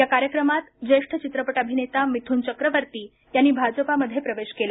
या कार्यक्रमात ज्येष्ठ चित्रपट अभिनेता मिथुन चक्रवर्ती यांनी भाजपामध्ये प्रवेश केला